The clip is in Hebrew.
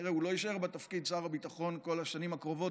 וכנראה הוא לא יישאר בתפקיד שר הביטחון כל השנים הקרובות,